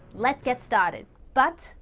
let's get started. but!